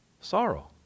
sorrow